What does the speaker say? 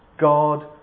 God